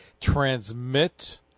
transmit